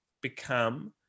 become